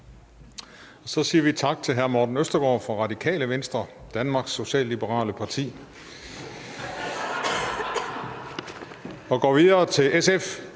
Så siger vi tak til hr. Morten Østergaard fra Radikale Venstre, Danmarks Socialliberale Parti, og går videre til SF,